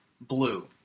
Blue